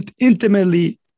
intimately